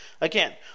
again